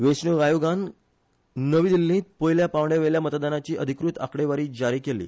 वेचणुक आयोगान काल नवी दिल्लींत पयल्या पांवड्यावेल्या मतदानाची अधिकृत आकडेवारी जारी केली